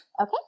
Okay